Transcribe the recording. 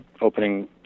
opening